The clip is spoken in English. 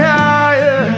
higher